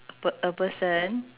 a p~ a person